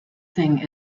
thing